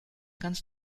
ganz